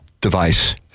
device